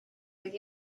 oedd